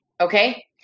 Okay